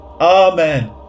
Amen